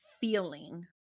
feeling